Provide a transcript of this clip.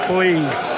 Please